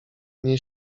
nie